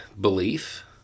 belief